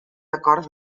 acord